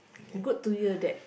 good to hear that